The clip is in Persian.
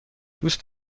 دوست